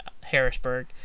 harrisburg